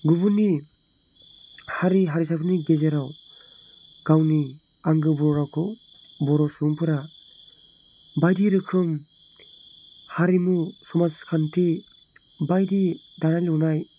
गुबुननि हारि हारिसाफोरनि गेजेराव गावनि आंगो बर' रावखौ बर' सुबुंफोरा बायदि रोखोम हारिमु समाजखान्थि बायदि दानाय लुनाय